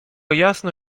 jasno